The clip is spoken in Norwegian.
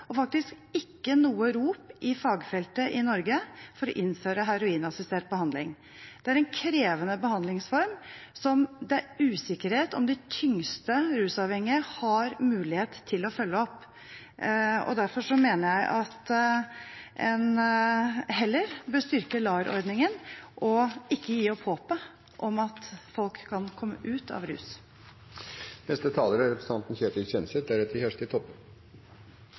og faktisk ikke noe rop i fagfeltet i Norge for å innføre herionassistert behandling. Det er en krevende behandlingsform som det er usikkerhet om de tyngste rusavhengige har mulighet til å følge opp, og derfor mener jeg at en heller bør styrke LAR-ordningen og ikke gi opp håpet om at folk kan komme ut av rus. Jeg er veldig glad for at representanten